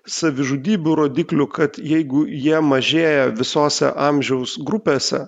savižudybių rodiklių kad jeigu jie mažėja visose amžiaus grupėse